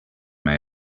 may